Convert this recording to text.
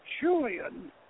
Julian